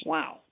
Wow